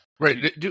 Right